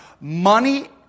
Money